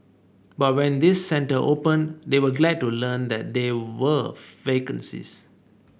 but when this centre opened they were glad to learn that there were vacancies